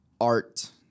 art